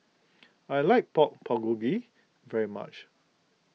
I like Pork Bulgogi very much